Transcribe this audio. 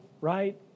right